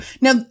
Now